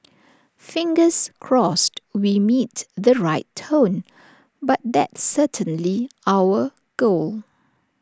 fingers crossed we meet the right tone but that's certainly our goal